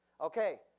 Okay